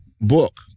book